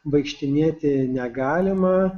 vaikštinėti negalima